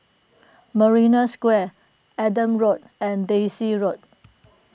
Marina Square Adam Road and Daisy Road